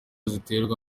ziterwa